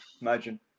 imagine